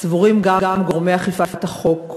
סבורים גם גורמי אכיפת החוק.